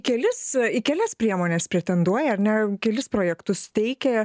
kelis kelias priemones pretenduoja ar ne kelis projektus teikia